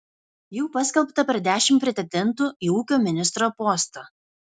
jau paskelbta per dešimt pretendentų į ūkio ministro postą